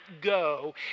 go